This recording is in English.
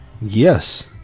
yes